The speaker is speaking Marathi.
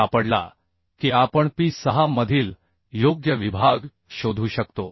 सापडला की आपण P 6 मधील योग्य विभाग शोधू शकतो